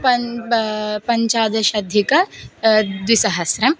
पन् पा पञ्चादशाधिक द्विसहस्रम्